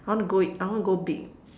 I want to go I want to go big